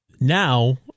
now